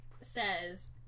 says